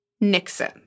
Nixon